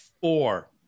four